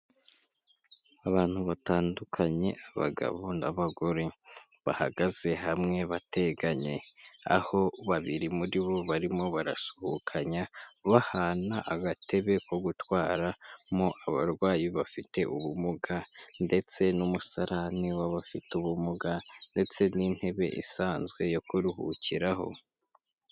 Abantu batandukanye abagabo n'abagore bahagaze hamwe bateganye, aho babiri muri bo barimo barasuhukanya bahana agatebe ko gutwaramo abarwayi bafite ubumuga ndetse n'umusarani w'abafite ubumuga ndetse n'intebe isanzwe yo kuruhukiraho.